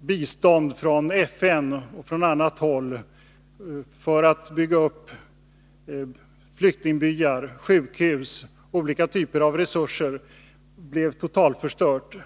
bistånd från FN och annat håll för att bygga upp flyktingbyar, sjukhus och andra resurser, blev totalförstört.